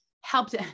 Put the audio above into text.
helped